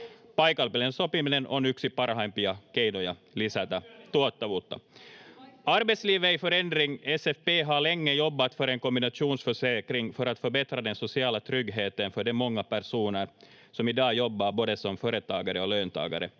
Paikallinen sopiminen on yksi parhaimpia keinoja lisätä tuottavuutta. Arbetslivet är i förändring. SFP har länge jobbat för en kombinationsförsäkring för att förbättra den sociala tryggheten för de många personer som i dag jobbar både som företagare och löntagare.